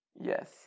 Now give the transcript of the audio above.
Yes